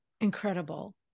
incredible